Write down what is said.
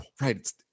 right